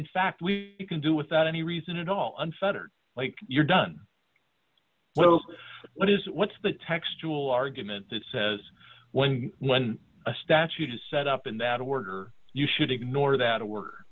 in fact we can do without any reason at all unfettered like you're done with what is what's the textual argument that says when when a statute is set up in that order you should ignore that